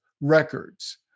records